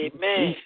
Amen